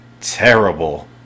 terrible